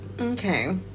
okay